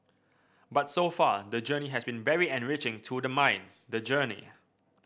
but so far the journey has been very enriching to the mind the journey